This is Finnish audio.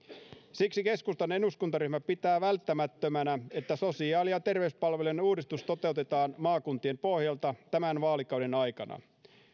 siksi keskustan eduskuntaryhmä pitää välttämättömänä että sosiaali ja terveyspalvelujen uudistus toteutetaan maakuntien pohjalta tämän vaalikauden aikana